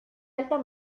altar